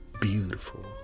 beautiful